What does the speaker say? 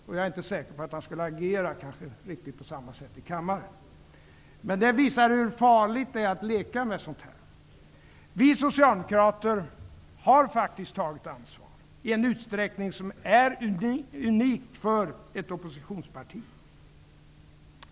Jag är inte säker på att han skulle ha agerat riktigt på samma sätt i kammaren. Detta visar hur farligt det är att leka med sådant här. Vi socialdemokrater har faktiskt tagit ansvar i en utsträckning som är unik för ett oppositionsparti.